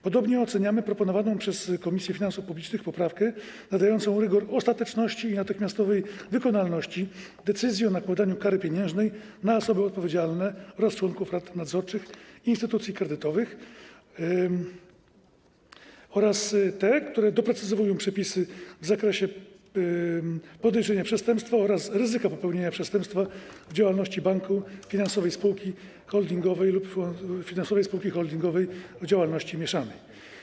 Podobnie oceniamy proponowaną przez Komisję Finansów Publicznych poprawkę nadającą rygor ostateczności i natychmiastowej wykonalności decyzji o nałożeniu kary pieniężnej na osoby odpowiedzialne oraz członków rad nadzorczych i instytucji kredytowych, a także te, które doprecyzowują przepisy w zakresie podejrzenia przestępstwa oraz ryzyka popełnienia przestępstwa w działalności banku, finansowej spółki holdingowej lub finansowej spółki holdingowej w działalności mieszanej.